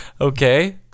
Okay